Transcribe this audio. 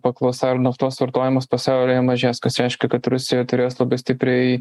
paklausa ar naftos vartojimas pasaulyje mažės kas reiškia kad rusija turės labai stipriai